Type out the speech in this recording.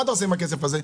מה אתה עושה עם הכסף הזה?